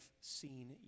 seen